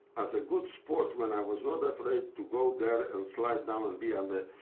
as a good sportsman, i was not afraid to go there and slide down and be on the